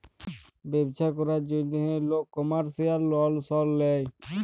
ব্যবছা ক্যরার জ্যনহে লক কমার্শিয়াল লল সল লেয়